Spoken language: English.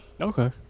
Okay